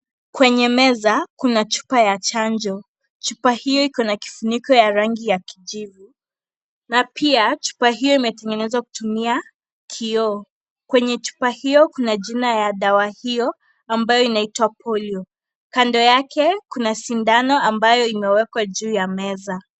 Kwenye meza kuna chupa ya chanjo chupa hiyo iko na kifuniko ya rangi ya kijivu na pia chupa hiyo imetengeneza kutumia kioo, kwenye chupa hiyo kuna jina ya dawa hiyo ambayo inaitwa polio kando yake kuna sindano ambayo imewekwa juu ya meza.